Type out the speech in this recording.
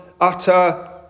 utter